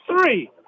Three